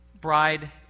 bride